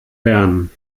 bern